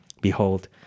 behold